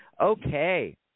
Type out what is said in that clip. Okay